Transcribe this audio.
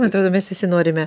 man atrodo mes visi norime